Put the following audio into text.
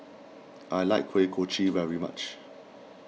I like Kuih Kochi very much